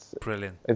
Brilliant